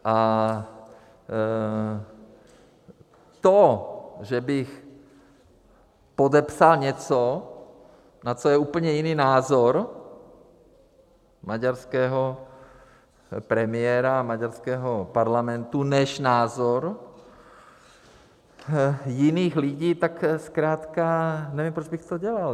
A to, že bych podepsal něco, na co je úplně jiný názor maďarského premiéra a maďarského parlamentu než názor jiných lidí, tak zkrátka nevím, proč bych to dělal.